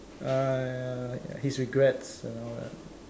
uh ya his regrets and all that